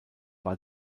war